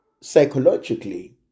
psychologically